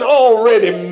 already